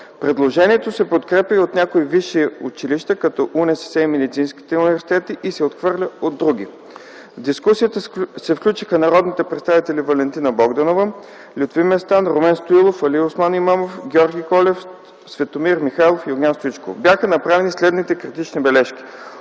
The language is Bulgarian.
Предложението се подкрепя от някои висши училища, като УНСС и медицинските университети и се отхвърля от други. В дискусията се включиха народните представители Валентина Богданова, Лютви Местан, Румен Стоилов, Алиосман Имамов, Георги Колев, Светомир Михайлов и Огнян Стоичков. Бяха направени следните критични бележки.